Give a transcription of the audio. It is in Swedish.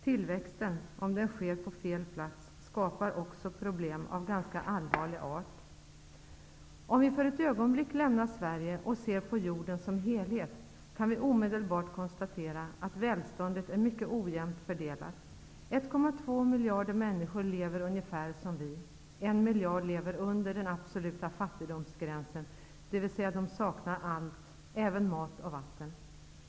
Tillväxten, om den sker på fel plats, skapar också problem av ganska allvarlig art. Om vi för ett ögonblick lämnar Sverige och ser på jorden som helhet kan vi omedelbart konstatera att välståndet är mycket ojämnt fördelat. 1,2 miljarder människor lever ungefär som vi. 1 miljard lever under den absoluta fattigdomsgränsen, dvs. de saknar allt, såväl mat som vatten.